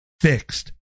fixed